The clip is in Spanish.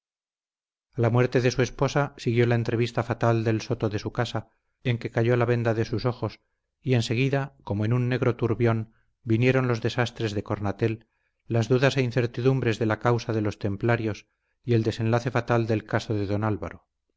la muerte de su esposa siguió la entrevista fatal del soto de su casa en que cayó la venda de sus ojos y enseguida como en un negro turbión vinieron los desastres de cornatel las dudas e incertidumbres de la causa de los templarios y el desenlace fatal del caso de don álvaro